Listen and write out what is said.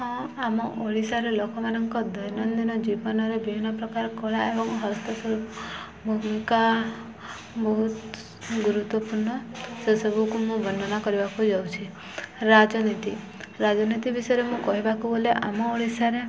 ହଁ ଆମ ଓଡ଼ିଶାର ଲୋକମାନଙ୍କ ଦୈନନ୍ଦିନ ଜୀବନରେ ବିଭିନ୍ନ ପ୍ରକାର କଳା ଏବଂ ହସ୍ତ ଭୂମିକା ବହୁତ ଗୁରୁତ୍ୱପୂର୍ଣ୍ଣ ସେସବୁକୁ ମୁଁ ବର୍ଣ୍ଣନା କରିବାକୁ ଯାଉଛି ରାଜନୀତି ରାଜନୀତି ବିଷୟରେ ମୁଁ କହିବାକୁ ଗଲେ ଆମ ଓଡ଼ିଶାରେ